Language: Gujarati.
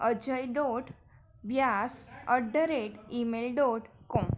Ajay dot Vyas at the rate Gmail dot Kom